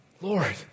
Lord